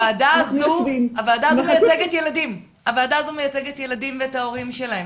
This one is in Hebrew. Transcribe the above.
הוועדה הזאת מייצגת ילדים ואת ההורים שלהם,